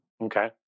okay